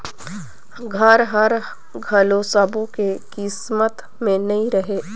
घर हर घलो सब्बो के किस्मत में नइ रहें